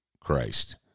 Christ